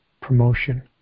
promotion